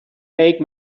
make